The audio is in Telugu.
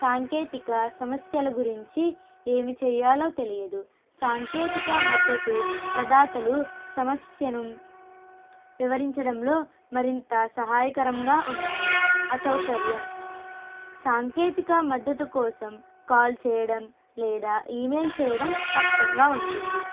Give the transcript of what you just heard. సాంకేతిక సమస్యల గురించి ఏమి చేయాలో తెలియదు సాంకేతిక మద్దతు ప్రదాతలు సమస్యను వివరించడంలో మరింత సహాయకరంగా ఉండాలి అసౌకర్యం సాంకేతిక మద్దతు కోసం కాల్ చేయడం లేదా ఈమెయిల్ చేయడం కష్టంగా ఉంటుంది